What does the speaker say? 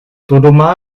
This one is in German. dodoma